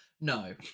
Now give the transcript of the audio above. No